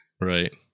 Right